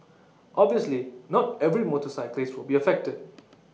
obviously not every motorcyclist will be affected